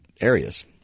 areas